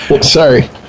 Sorry